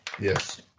yes